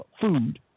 food